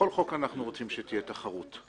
בכל חוק אנחנו רוצים שתהיה תחרות,